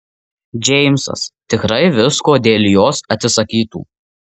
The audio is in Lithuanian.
džeimsas tikrai visko dėl jos atsisakytų